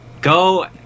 go